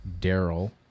Daryl